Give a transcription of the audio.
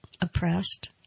oppressed